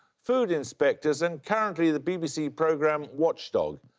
food inspectors, and currently the bbc programme watchdog.